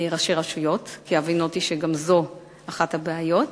ראשי רשויות, כי הבינותי שגם זו אחת הבעיות.